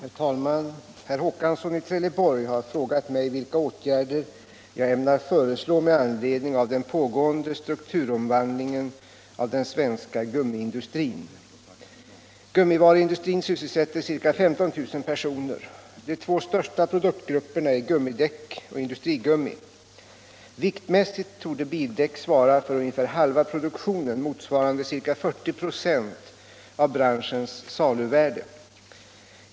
Herr talman! Herr Håkansson i Trelleborg har frågat mig vilka åtgärder jag ämnar föreslå med anledning av den pågående strukturomvandlingen av den svenska gummiindustrin. Gummivaruindustrin sysselsätter ca 15 000 personer. De två största produktgrupperna är gummidäck och industrigummi. Viktmässigt torde bildäck svara för ungefär halva produktionen, motsvarande ca 40 96 av branschens saluvärde.